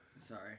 Sorry